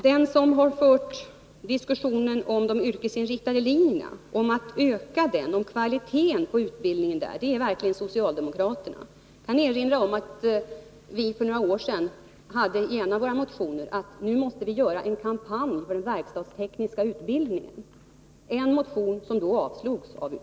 De som har fört diskussionen om att öka antalet platser på yrkesinriktade linjer och att öka kvaliteten i den utbildningen är socialdemokraterna. Jag kan erinra om att vi för några år sedan i en av våra motioner föreslog en kampanj för den verkstadstekniska utbildningen. Den motionen avstyrktes då av utskottet.